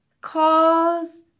calls